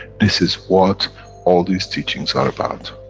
this is what all these teachings are about.